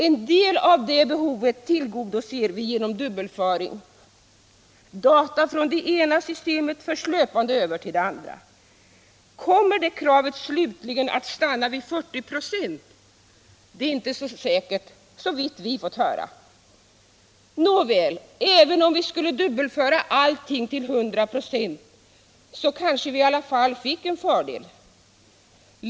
En del av det behovet tillgodoser vi genom dubbelföring — data från det ena systemet förs löpande över till det andra. Kommer det kravet slutligen att stanna vid 40 96? Det är inte säkert, såvitt vi fått höra. Nåväl —- även om vi skulle dubbelföra allting till 100 96 så kanske vi i alla fall fick en fördel.